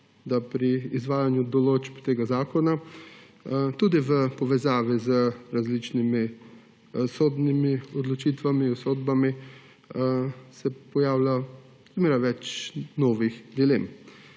se pri izvajanju določb tega zakona, tudi v povezavi z različnimi sodnimi odločitvami, sodbami, pojavlja vedno več novih dilem.